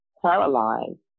Paralyzed